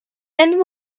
and